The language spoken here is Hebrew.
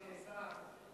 אחרי לחץ שנעשה,